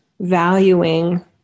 valuing